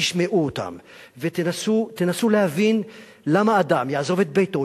תשמעו אותם ותנסו להבין למה אדם יעזוב את ביתו,